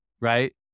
right